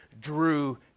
drew